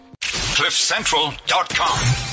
Cliffcentral.com